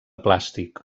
plàstic